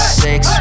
six